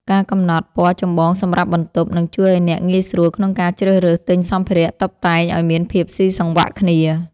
ការកំណត់ពណ៌ចម្បងសម្រាប់បន្ទប់ នឹងជួយឱ្យអ្នកងាយស្រួលក្នុងការជ្រើសរើសទិញសម្ភារៈតុបតែងឱ្យមានភាពស៊ីសង្វាក់គ្នា។